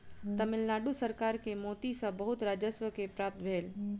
तमिल नाडु सरकार के मोती सॅ बहुत राजस्व के प्राप्ति भेल